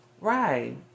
Right